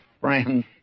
friend